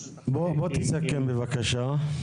תסכם, בבקשה.